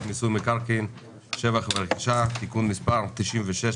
מיסוי מקרקעין (שבח ורכישה) (תיקון מס' 96),